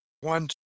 one